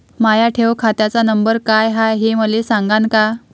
माया ठेव खात्याचा नंबर काय हाय हे मले सांगान का?